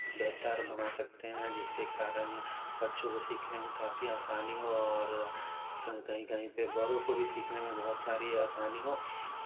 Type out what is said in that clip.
बेहतर बना सकते हैं जिससे कारण बच्चों को सीखने में काफी आसानी हो और कहीं कहीं कहीं पे बड़ों को भी सीखने में बहुत सारी आसानी हो